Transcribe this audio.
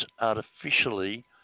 artificially